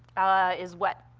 ah is wet.